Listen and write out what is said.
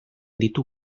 ditu